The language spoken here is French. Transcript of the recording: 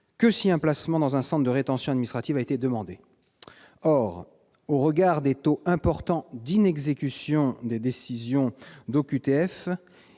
si un placement dans un centre de rétention administrative a été demandé. Or, au regard des taux élevés d'inexécution des décisions d'OQTF,